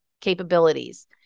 capabilities